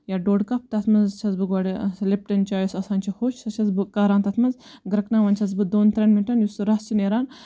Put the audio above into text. یا ڈۄڈ کپ تتھ مَنٛز چھَس بہٕ گۄڈٕ لِپٹَن چاے یۄس آسان چھِ ہوٚچھ سۄ چھَس بہٕ کَاران تتھ مَنٛز گرکناوان چھَس بہٕ دۄن تریٚن مِنٹَن یُس سُہ رَس چھُ نیران